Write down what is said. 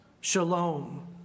shalom